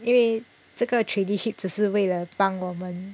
因为这个 traineeship 只是为了帮我们